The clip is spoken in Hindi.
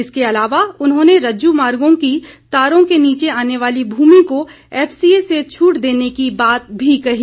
इसके अलावा उन्होंने रज्जू मार्गों की तारों के नीचे आने वाली भूमि को एफसीए से छूट देने की बात भी कही